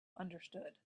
understood